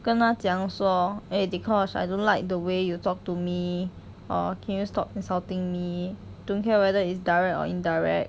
跟他讲说 eh dee-kosh I don't like the way you talk to me or can you stop insulting me don't care whether it's direct or indirect